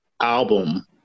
album